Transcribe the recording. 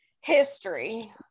history